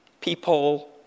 People